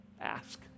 Ask